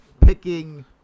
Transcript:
picking